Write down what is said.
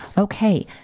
Okay